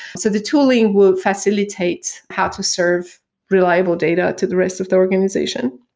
so the tooling would facilitate how to serve reliable data to the rest of the organization